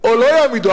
או לא יעמידו,